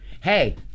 Hey